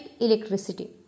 electricity